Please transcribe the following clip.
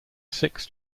six